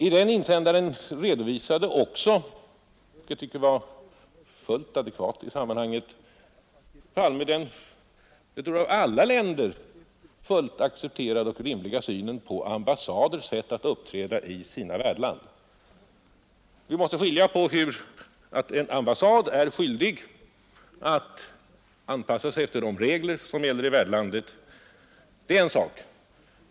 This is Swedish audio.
I insändaren redovisade också, vilket jag tycker var fullt adekvat i sammanhanget, herr Palme den som jag tror av alla länder fullt accepterade — och rimliga — synen på ambassaders sätt att uppträda i sina verksamhetsländer. Att en ambassad är skyldig att anpassa sig efter de regler som gäller i värdlandet är en sak.